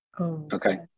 Okay